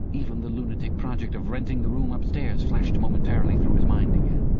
even the lunatic project of renting the room upstairs flashed momentarily through his mind again.